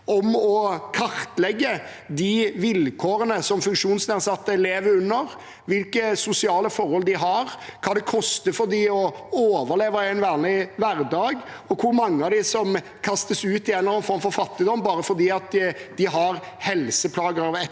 om å kartlegge de vilkårene som de med funksjonsnedsettelser lever under, hvilke sosiale forhold de har, hva det koster for dem å overleve i en vanlig hverdag, og hvor mange av dem som kastes ut i en eller annen form for fattigdom bare fordi de har helseplager av et eller